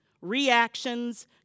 reactions